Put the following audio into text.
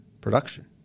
production